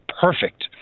perfect